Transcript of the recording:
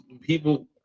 People